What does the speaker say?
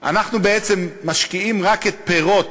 אנחנו בעצם משקיעים רק את פירות,